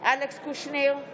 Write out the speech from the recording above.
אלכס קושניר,